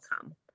come